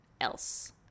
else